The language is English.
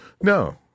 No